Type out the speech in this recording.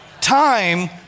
time